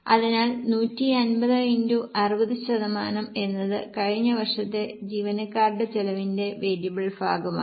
അതിനാൽ 150 x 60 ശതമാനം എന്നത് കഴിഞ്ഞ വർഷത്തെ ജീവനക്കാരുടെ ചെലവിന്റെ വേരിയബിൾ ഭാഗമാണ്